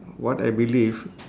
what I believe